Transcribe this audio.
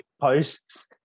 posts